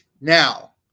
Now